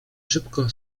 szybko